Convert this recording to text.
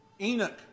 Enoch